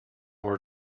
were